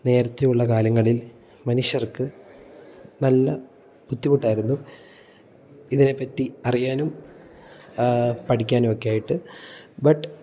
നേരത്തെയുള്ള കാലങ്ങളിൽ മനുഷ്യർക്ക് നല്ല ബുദ്ധിമുട്ടായിരുന്നു ഇതിനെപ്പറ്റി അറിയാനും പഠിക്കുനും ഒക്കെ ആയിട്ട് ബട്ട്